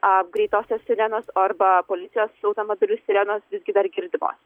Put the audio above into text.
a greitosios sirenos arba policijos automobilių sirenos visgi dar girdimos